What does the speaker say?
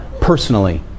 personally